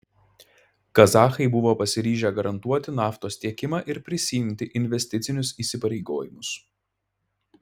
kazachai buvo pasiryžę garantuoti naftos tiekimą ir prisiimti investicinius įsipareigojimus